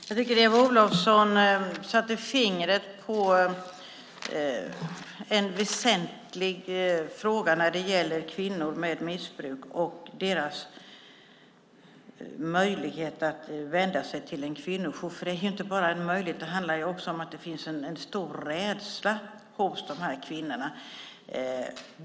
Herr talman! Jag tyckte att Eva Olofsson satte fingret på en väsentlig fråga när det gäller kvinnor med missbruk, nämligen deras möjlighet att vända sig till en kvinnojour. Det är inte bara en möjlighet. Det handlar också om att det finns en stor rädsla hos dessa kvinnor.